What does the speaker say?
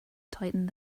tightened